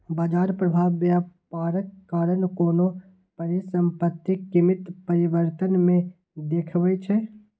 बाजार प्रभाव व्यापारक कारण कोनो परिसंपत्तिक कीमत परिवर्तन मे देखबै छै